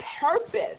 purpose